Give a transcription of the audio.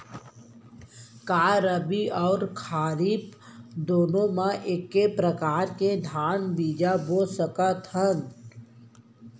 का रबि अऊ खरीफ दूनो मा एक्के प्रकार के धान बीजा बो सकत हन?